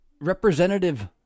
representative